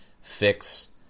fix